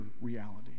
reality